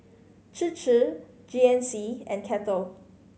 Chir Chir G N C and Kettle